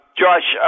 josh